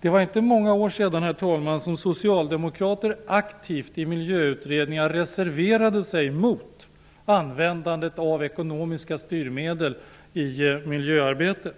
Det var inte många år sedan som socialdemokrater aktivt i miljöutredningar reserverade sig mot användandet av ekonomiska styrmedel i miljöarbetet.